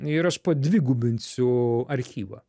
ir aš padvigubinsiu archyvą